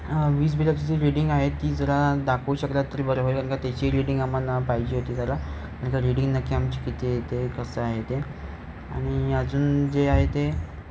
वीज बिलाची जी रीडिंग आहे ती जरा दाखवू शकलात तरी बरं होईल कारण का त्याचीही रीडिंग आम्हाला पाहिजे होती जरा कारण का रीडिंग नक्की आमची किती येते कसं आहे ते आणि अजून जे आहे ते